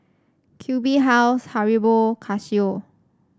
Q B House Haribo Casio